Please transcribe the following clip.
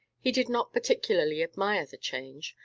he did not particularly admire the change,